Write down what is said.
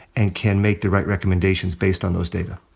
and can make the right recommendations based on those data.